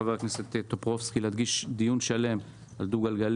חבר הכנסת טופורובסקי להקדיש דיון שלם לדו-גלגלי.